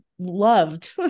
loved